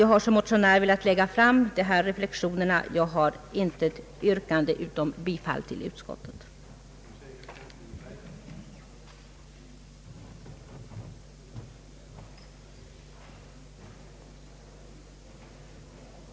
Jag har som motionär velat lägga fram dessa reflexioner och har intet yrkande utom bifall till utskottets hemställan.